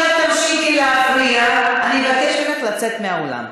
אם את תמשיכי להפריע אני אבקש ממך לצאת מהאולם.